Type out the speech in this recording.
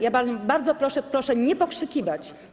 Ja panią bardzo proszę, proszę nie pokrzykiwać.